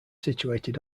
situated